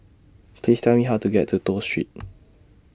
Please Tell Me How to get to Toh Street